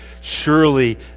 surely